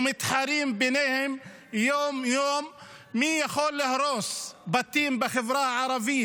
או מתחרים ביניהם יום-יום מי יכול להרוס יותר בתים בחברה הערבית.